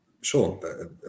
sure